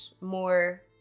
more